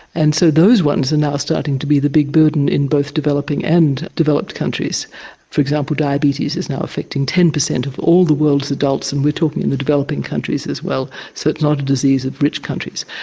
and so those ones are and now starting to be the big burden in both developing and developed countries for example, diabetes is now affecting ten percent of all the world's adults, and we're talking in the developing countries as well, so it's not a disease of rich countries.